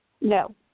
No